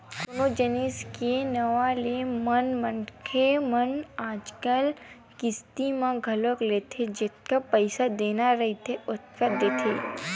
कोनो जिनिस के नवा ले म मनखे मन आजकल किस्ती म घलोक लेथे जतका पइसा देना रहिथे ओतका देथे